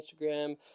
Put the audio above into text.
Instagram